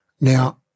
Now